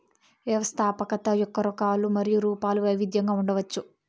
వ్యవస్థాపకత యొక్క రకాలు మరియు రూపాలు వైవిధ్యంగా ఉండవచ్చు